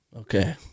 okay